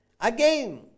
Again